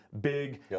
big